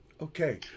Okay